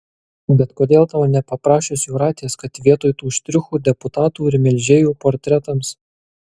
bet kodėl tau nepaprašius jūratės kad vietoj tų štrichų deputatų ir melžėjų portretams